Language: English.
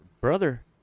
Brother